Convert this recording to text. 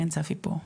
כן, צפי פה.